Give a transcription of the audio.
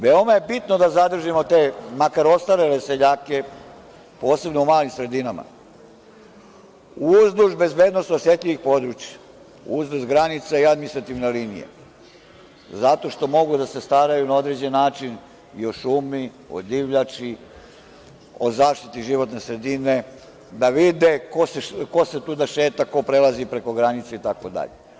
Veoma je bitno da zadržimo makar ostale seljake, posebno u malim sredinama, uzduž bezbednosno osetljivih područja, posebno u malim sredinama, uzduž granica i administrativnih linija, zato što mogu da se staraju na određeni način i o šumi, divljači, o zaštiti životne sredine, da vide ko se tuda šeta, ko prelazi preko granice itd.